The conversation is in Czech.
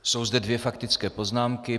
Jsou zde dvě faktické poznámky.